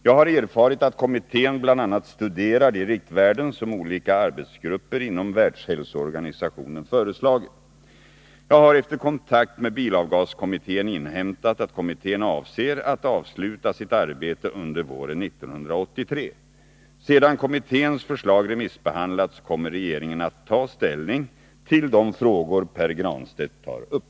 Jag har erfarit att kommittén bl.a. studerar de riktvärden som olika arbetsgrupper inom Världshälsoorganisationen föreslagit. Jag har efter kontakt med bilavgaskommittén inhämtat att kommittén avser att avsluta sitt arbete under våren 1983. Sedan kommitténs förslag remissbehandlats kommer regeringen att ta ställning till de frågor Pär Granstedt tar upp.